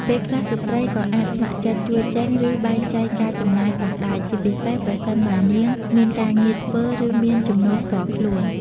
ពេលខ្លះ ស្ត្រីក៏អាចស្ម័គ្រចិត្តជួយចេញ ឬបែងចែកការចំណាយផងដែរ ជាពិសេសប្រសិនបើនាងមានការងារធ្វើ ឬមានចំណូលផ្ទាល់ខ្លួន។